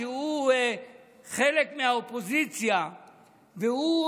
שהוא חלק מהאופוזיציה והוא,